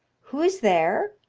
who is there?